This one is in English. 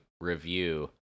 review